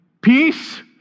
peace